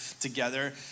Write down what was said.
together